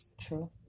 True